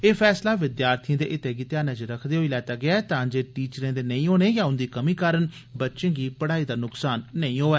एह् फैसला विद्यार्थिएं दे हितै गी ध्यानै च रक्खदे होई लैता ऐ तां जे टीचरें दे नेई होने या उन्दी कमीं कारण बच्चे गी पढ़ाई दा नुक्सान नेई होऐ